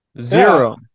Zero